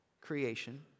creation